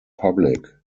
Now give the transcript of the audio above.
public